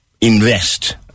invest